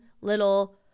little